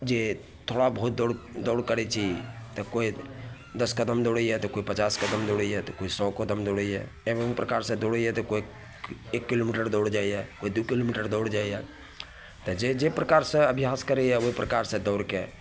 जे थोड़ा बहुत दौड़ दौड़ करै छी तऽ कोइ दस कदम दौड़ैए तऽ कोइ पचास कदम दौड़ैए तऽ कोइ सओ कदम दौड़ैए एवम प्रकारसे दौड़ैए तऽ कोइ एक किलोमीटर दौड़ जाइ यऽ कोइ दुइ किलोमीटर दौड़ जाइ यऽ तऽ जे जाहि प्रकारसे अभ्यास करैए ओहि प्रकारसे दौड़िके